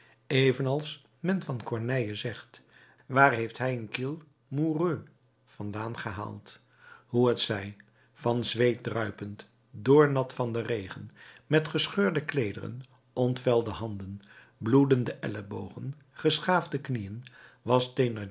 evenals men van corneille zegt waar heeft hij het qu'il mourût vandaan gehaald hoe het zij van zweet druipend doornat van den regen met gescheurde kleederen ontvelde handen bloedende ellebogen geschaafde knieën was